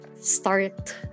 start